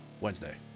Wednesday